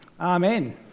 Amen